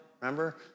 remember